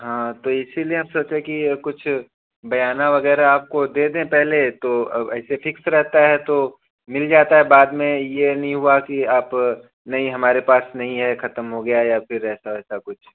हाँ तो इसीलिए हम सोचे कि कुछ बयाना वगैरह आपको दे दें पहले तो अब ऐसे फिक्स रहता है तो मिल जाता है बाद में यह नहीं हुआ कि आप नहीं हमारे पास नहीं है ख़त्म हो गया या फ़िर ऐसा वैसा कुछ